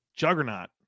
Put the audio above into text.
Juggernaut